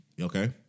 Okay